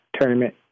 tournament